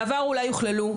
בעבר אולי הוכללו,